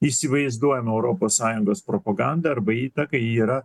įsivaizduojamą europos sąjungos propagandą arba įtaką yra